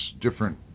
different